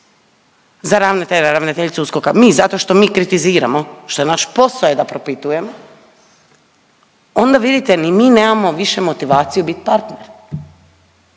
i ravnateljicu USKOK-a, mi zato što mi kritiziramo, što je nas posao je da propitujemo, onda vidite ni mi nemamo više motivaciju bit partner